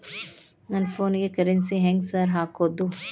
ನನ್ ಫೋನಿಗೆ ಕರೆನ್ಸಿ ಹೆಂಗ್ ಸಾರ್ ಹಾಕೋದ್?